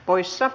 poissa